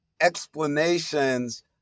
explanations